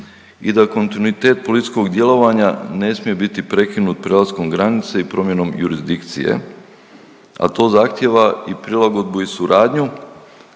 i da kontinuitet policijskog djelovanja ne smije biti prekinut prelaskom granice i promjenom jurisdikcije, a to zahtijeva i prilagodbu i suradnju